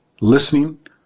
listening